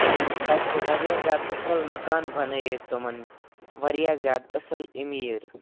یِم تَتہِ چھِ واریاہ زیادٕ اصٕل مکان بَنٲیِتھ تِمَن واریاہ زیادٕ اصٕل امیٖر